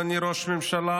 אדוני ראש הממשלה,